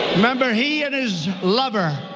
remember, he and his lover,